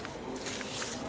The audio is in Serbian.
Hvala.